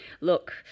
look